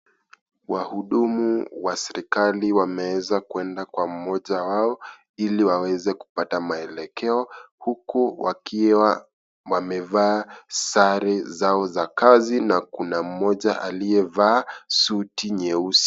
Wahudumu wa serikali wameweza kwenda kwa mmoja wao, ili waweze kupata maelekeo huku wakiwa wamevaa sare zao za kazi na kuna mmoja aliyevaa suti nyeusi.